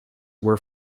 were